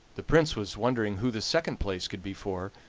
the prince was wondering who the second place could be for,